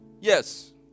Yes